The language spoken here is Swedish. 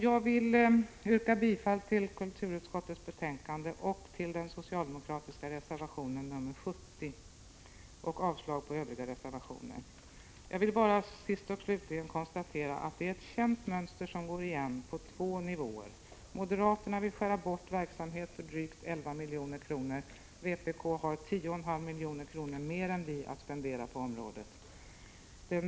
Jag yrkar bifall till kulturutskottets hemställan och den socialdemokratiska reservationen 70 samt avslag på övriga reservationer. Jag kan sist och slutligen konstatera att det är ett känt mönster som går igen på två nivåer: Moderaterna vill skära bort verksamhet för drygt 11 milj.kr. Vpk har 10,5 milj.kr. mer än vi att spendera på området.